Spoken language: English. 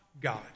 God